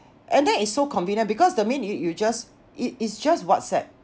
and then it's so convenient because the main you you just it is just Whatsapp